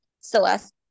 Celeste